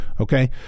okay